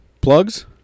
plugs